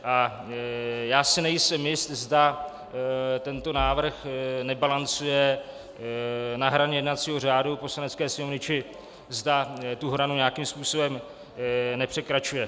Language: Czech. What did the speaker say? A já si nejsem jist, zda tento návrh nebalancuje na hraně jednacího řádu Poslanecké sněmovny či zda tu hranu nějakým způsobem nepřekračuje.